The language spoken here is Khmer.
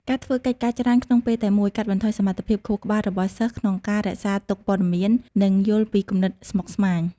ការធ្វើកិច្ចការច្រើនក្នុងពេលតែមួយ កាត់បន្ថយសមត្ថភាពខួរក្បាលរបស់សិស្សក្នុងការរក្សាទុកព័ត៌មាន និងយល់ពីគំនិតស្មុគស្មាញ។